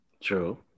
True